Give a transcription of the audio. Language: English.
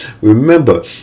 remember